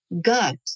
gut